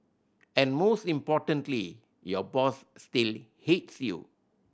and most importantly your boss still hates you